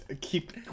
Keep